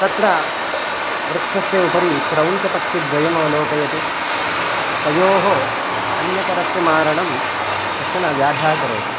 तत्र वृक्षस्य उपरि क्रौञ्चपक्षिद्वयमवलोकयति तयोः अन्यतरस्य मारणं कश्चन व्याधः करोति